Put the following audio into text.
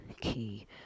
key